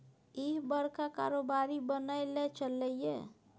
इह बड़का कारोबारी बनय लए चललै ये